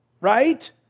right